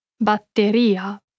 Batteria